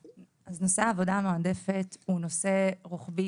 אז נושא העבודה המועדפת הוא נושא רוחבי,